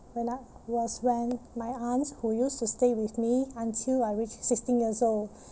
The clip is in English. when I was when my aunt who used to stay with me until I reached sixteen years old